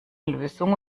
lösung